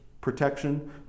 protection